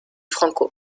franco